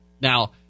Now